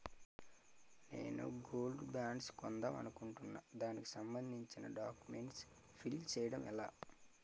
నేను gold bonds కొందాం అనుకుంటున్నా దానికి సంబందించిన డాక్యుమెంట్స్ ఫిల్ చేయడం ఎలా?